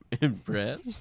Impressed